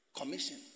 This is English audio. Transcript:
Commission